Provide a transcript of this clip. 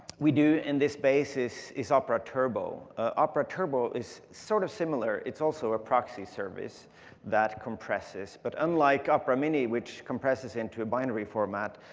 we do in this space is is opera turbo. opera turbo is sort of similar. it's also a proxy service that compresses, but unlike opera mini, which compresses into a binary format,